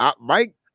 Mike